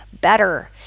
better